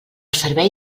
servei